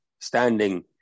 Standing